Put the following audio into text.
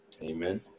Amen